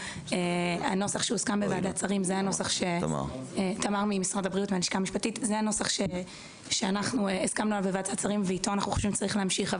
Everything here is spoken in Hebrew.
הנוסח שהוסכם בוועדת שרים זה הנוסח שאיתו אנחנו חושבים שצריך להמשיך.